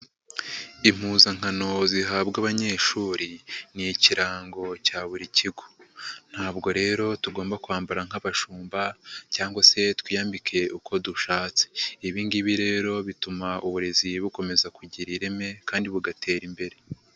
Impuzankano zihabwa abanyeshuri ni ikirango cya buri kigo. Ntabwo rero tugomba kwambara nk'abashumba cyangwa se twiyambike uko dushatse. Ibi ngibi rero bituma uburezi bukomeza kugira ireme kandi bugatera imbere.